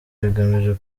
bigamije